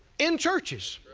in churches.